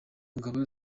ingabo